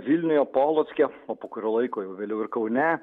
vilniuje polocke o po kurio laiko jau vėliau ir kaune